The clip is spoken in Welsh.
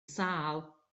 sâl